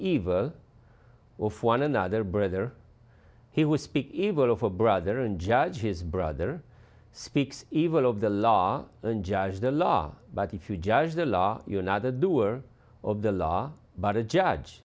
evil of one another brother he will speak evil of a brother and judge his brother speaks evil of the law and judge the law but if you judge the law you another doer of the law but a judge